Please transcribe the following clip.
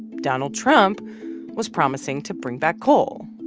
donald trump was promising to bring back coal.